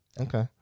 Okay